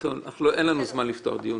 אין לנו זמן לפתוח דיון.